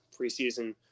preseason